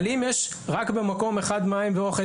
אם יש רק במקום אחד מים ואוכל,